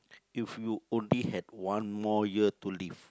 if you only had one more year to live